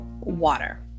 water